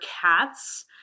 cats